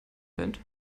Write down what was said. band